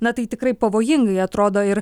na tai tikrai pavojingai atrodo ir